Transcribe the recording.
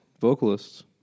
vocalists